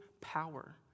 power